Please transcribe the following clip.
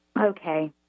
Okay